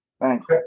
Thanks